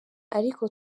ariko